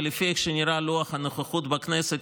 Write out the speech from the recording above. ולפי איך שנראה לוח הנוכחות בכנסת,